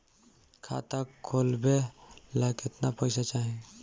खाता खोलबे ला कितना पैसा चाही?